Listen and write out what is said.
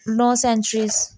Los Angeles